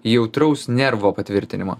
jautraus nervo patvirtinimo